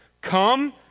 Come